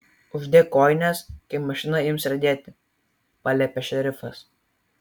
uždek kojines kai mašina ims riedėti paliepė šerifas